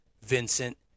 Vincent